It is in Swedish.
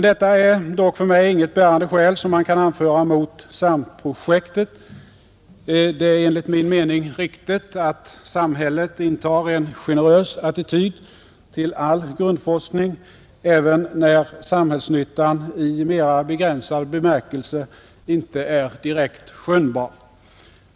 Detta är dock för mig inget bärande skäl som man kan anföra mot CERN-projektet. Det är enligt min mening riktigt att samhället intar en generös attityd till all grundforskning, även när samhällsnyttan i mera begränsad bemärkelse inte är direkt skönjbar.